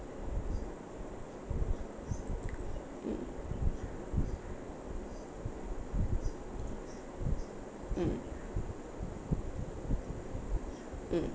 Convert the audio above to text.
mm mm mm